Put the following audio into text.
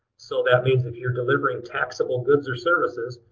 so that means if you're delivering taxable goods or services,